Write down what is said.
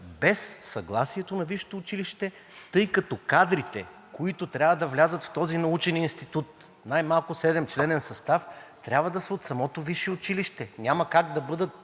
без съгласието на висшето училище, тъй като кадрите, които трябва да влязат в този научен институт – най-малко седемчленен състав, трябва да са от самото висше училище. Няма как да бъдат